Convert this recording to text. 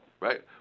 right